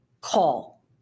Call